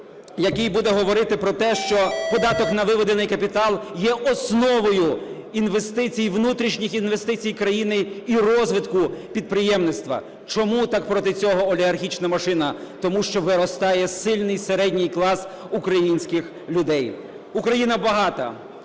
який буде говорити про те, що податок на виведений капітал є основою інвестицій, внутрішніх інвестицій країни і розвитку підприємництва. Чому так проти цього олігархічна машина? Тому що виростає сильний середній клас українських людей. Україна багата.